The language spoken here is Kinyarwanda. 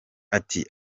ati